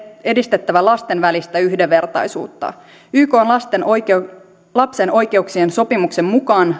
edistettävä lasten välistä yhdenvertaisuutta ykn lapsen oikeuksien sopimuksen mukaan